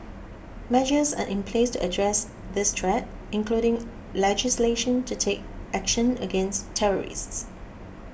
measures are in place to address this threat including legislation to take action against terrorists